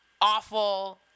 awful